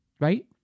right